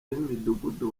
b’imidugudu